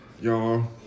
y'all